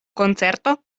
koncerto